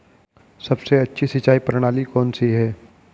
सबसे अच्छी सिंचाई प्रणाली कौन सी है?